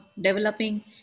developing